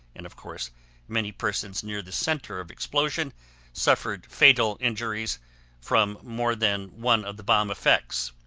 and of course many persons near the center of explosion suffered fatal injuries from more than one of the bomb effects.